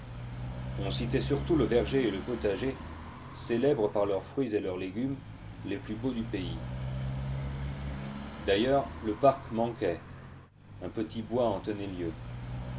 on citait surtout le verger et le potager célèbres par leurs fruits et leurs légumes les plus beaux du pays d'ailleurs le parc manquait un petit bois en tenait lieu